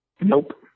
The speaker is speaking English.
Nope